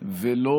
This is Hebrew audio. ולא